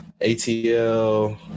ATL